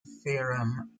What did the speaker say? fareham